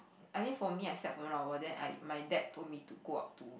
I mean for me I slept for one hour then I my dad told me to go up to